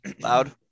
Loud